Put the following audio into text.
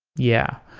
yeah.